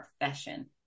profession